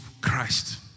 Christ